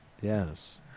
Yes